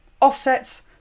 offsets